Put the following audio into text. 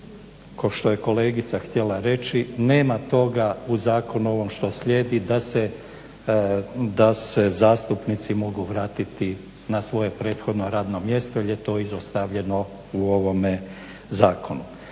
što je kolegica htjela reći, nema toga u zakonu ovom što slijedi da se zastupnici mogu vratiti na svoje prethodno radno mjesto jer je to izostavljeno u ovome zakonu.